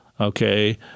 Okay